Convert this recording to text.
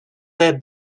their